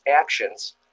actions